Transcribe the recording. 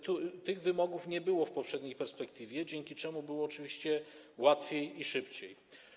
Tych wymogów nie było w poprzedniej perspektywie, dzięki czemu było oczywiście łatwiej i szybciej.